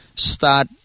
start